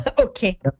Okay